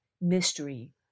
mystery